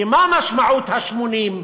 כי מה משמעות ה-80?